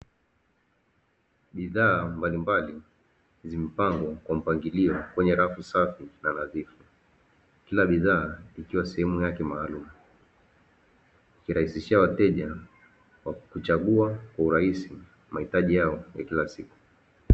Bidhaa mbalimbali zimepangwa kwa mpangilio kwenye rafu safi na nadhifu. Kila bidhaa ikiwa sehemu yake maalumu, ikirahisishia wateja kuchagua kwa urahisi mahitaji yao ya kila siku.